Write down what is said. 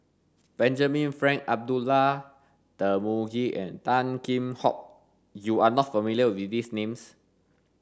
Benjamin Frank Abdullah Tarmugi and Tan Kheam Hock you are not familiar with these names